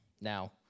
now